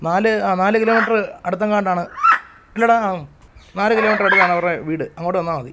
നാല് ആ നാല് കിലോമീറ്റർ അടുത്തെങ്ങാണ്ടാണ് ഇല്ലടാ നാല് കിലോമീറ്റർ അടുത്താണ് അവരുടെ വീട് അങ്ങോട്ട് വന്നാൽ മതി